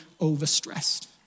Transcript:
overstressed